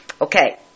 Okay